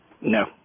No